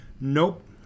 Nope